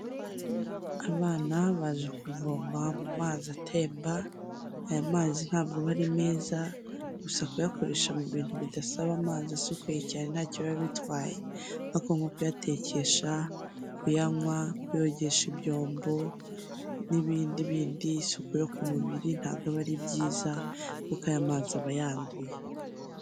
Abana baje kuvoma mu mazi atemba, aya mazi ntabwo aba ari meza, gusa kuyakoresha mu bintu bidasaba amazi asukuye cyane, nta cyo bibatwaye ariko nko kuyatekesha, kuyanywa, kuyogesha ibyombo n'ibindi bindi, isuku yo ku mubiri ntabwo aba ari byiza kuko aya mazi aba yanduye.